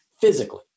physically